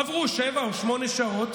עברו שבע או שמונה שעות,